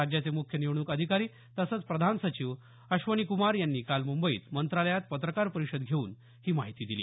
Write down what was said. राज्याचे मुख्य निवडणूक अधिकारी तसंच प्रधान सचिव अश्वनी कुमार यांनी काल मुंबईत मंत्रालयात पत्रकार परिषद घेऊन ही माहिती दिली